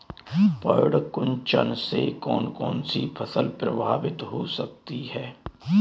पर्ण कुंचन से कौन कौन सी फसल प्रभावित हो सकती है?